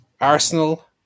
Arsenal